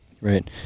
Right